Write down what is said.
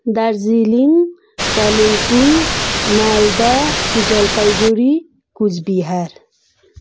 Darjeeling Kalimpong Malda Jalpaiguri Cooch Behar